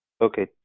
Okay